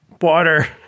water